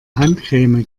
handcreme